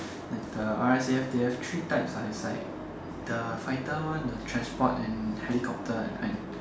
like the R_S_A_F they have three types ah inside the fighter one the transport and helicopter that kind